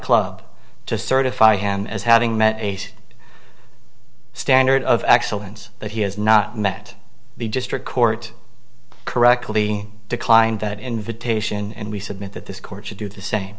club to certify him as having met eight standard of excellence that he has not met the district court correctly declined that invitation and we submit that this court should do the same